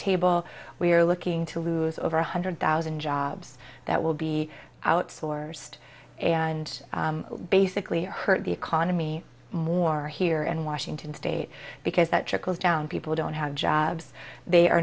table we're looking to lose over one hundred thousand jobs that will be outsourced and basically hurt the economy more here in washington state because that trickles down people don't have jobs they are